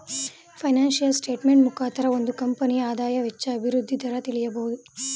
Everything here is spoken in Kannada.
ಫೈನಾನ್ಸಿಯಲ್ ಸ್ಟೇಟ್ಮೆಂಟ್ ಮುಖಾಂತರ ಒಂದು ಕಂಪನಿಯ ಆದಾಯ, ವೆಚ್ಚ, ಅಭಿವೃದ್ಧಿ ದರ ತಿಳಿಬೋದು